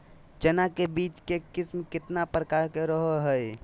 चना के बीज के किस्म कितना प्रकार के रहो हय?